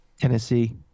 Tennessee